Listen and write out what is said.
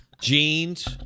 jeans